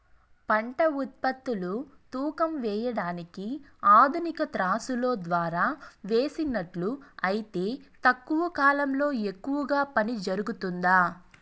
పంట ఉత్పత్తులు తూకం వేయడానికి ఆధునిక త్రాసులో ద్వారా వేసినట్లు అయితే తక్కువ కాలంలో ఎక్కువగా పని జరుగుతుందా?